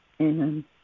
Amen